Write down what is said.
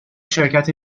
شرکت